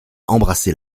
embrasser